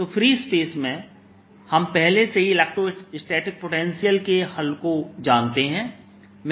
तो free space में हम पहले से ही इलेक्ट्रोस्टैटिक पोटेंशियल के हल को जानते हैं